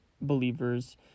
believers